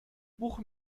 buche